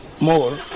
more